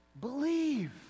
Believe